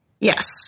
Yes